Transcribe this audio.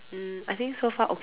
mm I think so far